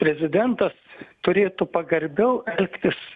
prezidentas turėtų pagarbiau elgtis